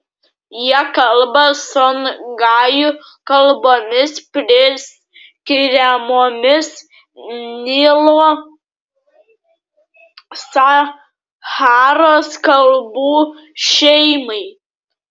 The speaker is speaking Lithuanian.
jie kalba songajų kalbomis priskiriamomis nilo sacharos kalbų šeimai